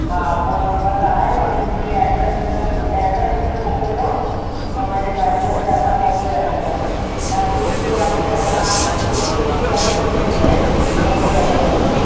हा phone number त आहे बाक़ी जीअं ई एड्रेस मिलन एड्रेस मूंखे मोकिलजो मां पंहिंजे कारीगर जे हथां मोकिले रखंदसि या स्विगी वारे जा हथां स्विगी विगी वारे खे चई करे मोकिले रखंदसि